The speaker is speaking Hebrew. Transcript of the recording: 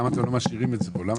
למה אתם לא משאירים את זה כאן?